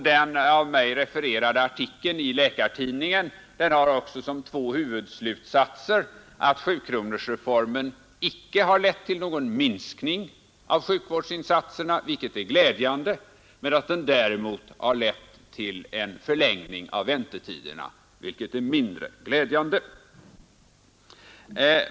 Den av mig refererade artikeln i Läkartidningen har också som två huvudslutsatser att sjukronorsreformen icke har lett till någon minskning av sjukvårdsinsatserna, vilket är glädjande, men att den däremot har lett till en förlängning av väntetiderna, vilket är mindre glädjande.